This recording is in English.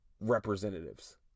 representatives